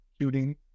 shooting